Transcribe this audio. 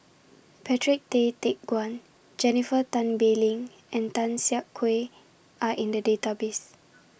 Patrick Tay Teck Guan Jennifer Tan Bee Leng and Tan Siak Kew Are in The Database